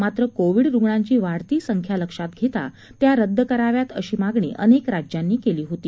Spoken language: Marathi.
मात्र कोविड रुग्णांची वाढती संख्या लक्षात घेता त्या रद्द कराव्यात अशी मागणी अनेक राज्यांनी केली होती